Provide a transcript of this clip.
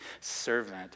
servant